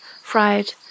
fried